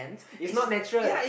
it's not natural